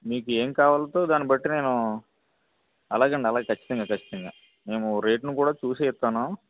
మీకు ఏం కావాలో దాని బట్టి నేను అలాగే అండి అలాగే ఖచ్చితంగ ఖచ్చితంగ మేము రేట్ ను కూడా చూసే ఇస్తాను